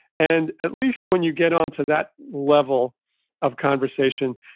and at least when you get onto that level of conversation,